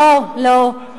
את לא מתביישת להשוות לא,